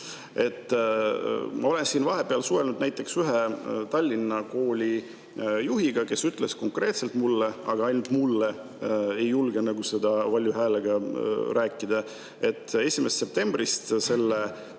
Ma olen siin vahepeal suhelnud näiteks ühe Tallinna kooli juhiga, kes ütles konkreetselt mulle – aga ainult mulle, ta ei julge seda valju häälega rääkida –, et 1. septembrist selle